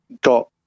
got